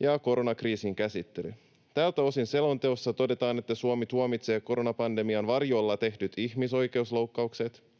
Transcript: ja koronakriisin käsittely. Tältä osin selonteossa todetaan, että Suomi tuomitsee koronapandemian varjolla tehdyt ihmisoikeusloukkaukset.